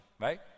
right